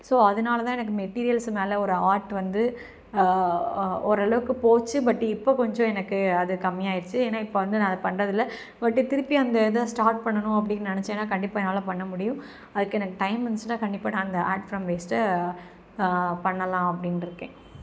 so அதனாலதான் எனக்கு materials மேலே ஒரு ஆர்ட் வந்து ஓரளவுக்கு போச்சு பட் இப்போது கொஞ்சம் எனக்கு அது கம்மியாயிருச்சு ஏன்னா இப்போ வந்து நான் அதை பண்ணுறது இல்லை பட் திருப்பி அந்த இதை ஸ்டார்ட் பண்ணணும் அப்படின்னு நினச்சேன்னா கண்டிப்பாக என்னால் பண்ண முடியும் அதுக்கு எனக்கு டைம் இருந்துச்சின்னால் கண்டிப்பாக நான் அந்த ஆர்ட் ஃப்ரம் வேஸ்ட்டை பண்ணலாம் அப்படின்ருக்கேன்